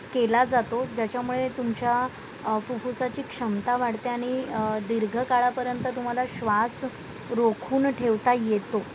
केला जातो ज्याच्यामुळे तुमच्या फुफ्फुसाची क्षमता वाढते आणि दीर्घकाळापर्यंत तुम्हाला श्वास रोखून ठेवता येतो